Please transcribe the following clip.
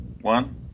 one